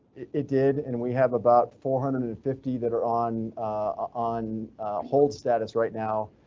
it did and we have about four hundred and fifty that are on on hold status right now.